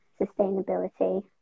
sustainability